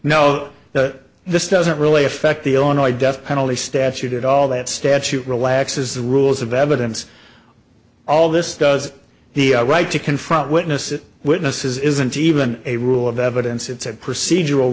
that this doesn't really affect the illinois death penalty statute at all that statute relaxes the rules of evidence all this does the right to confront witnesses witnesses isn't even a rule of evidence it's a procedural